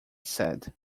said